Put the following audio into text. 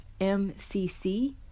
MCC